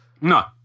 No